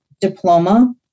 diploma